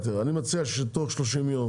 אני מציע שתוך 30 ימים